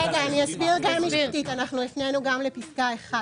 למה הוספתם?